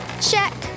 Check